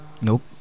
Nope